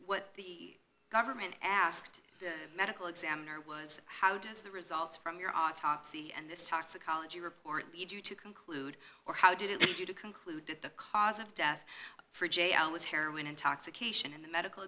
what the government asked the medical examiner was how does the results from your autopsy and this toxicology report lead you to conclude or how did it lead you to conclude at the cause of death for jr was heroin intoxication and the medical